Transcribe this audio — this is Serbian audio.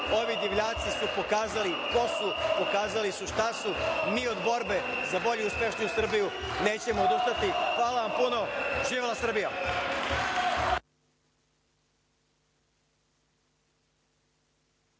Ovi divljaci su pokazali ko su, pokazali su šta su, mi od borbe za bolju i uspešniju Srbiju nećemo odustati. Hvala vam puno. Živela Srbija!